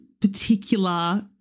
particular